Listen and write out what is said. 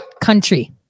Country